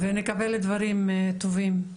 נקווה לדברים טובים.